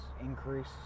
increase